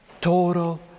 Total